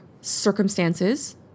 Circumstances